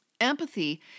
Empathy